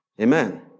Amen